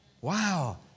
Wow